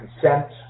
consent